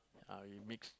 ah we mix